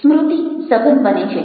સ્મૃતિ સઘન બને છે